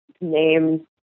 name